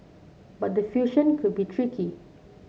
but the fusion could be tricky